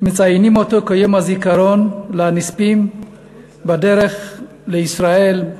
גם מציינים כיום הזיכרון לנספים בדרך לישראל,